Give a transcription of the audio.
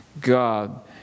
God